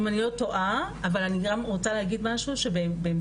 אם אני לא טועה אבל אני גם רוצה להגיד משהו שבהמשך